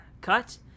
cut